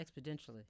exponentially